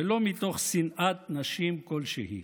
ולא מתוך שנאת נשים כלשהי,